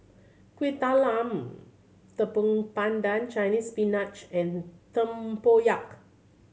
Kueh Talam Tepong Pandan Chinese Spinach and tempoyak